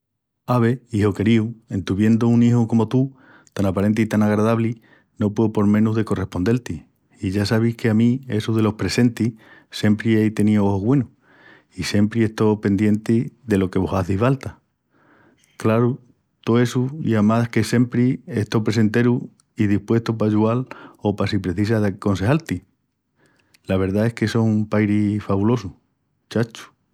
Ave, iju queríu, en tuviendu un iju comu tú, tan aparenti i tan agradabli no pueu por menus que correspondel-ti i ya sabis que a mí essu delos presentis siempri ei teníu oju güenu i siempri estó pendienti delo que vos hazi falta. Craru, tó essu i amás que siempri estó presenteru i dispuestu pa ayual o pa si precisas de consejal-ti. La verdá es que só un pairi fabulosu, chacho!